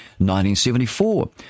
1974